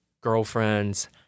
girlfriends